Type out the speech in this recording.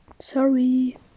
Sorry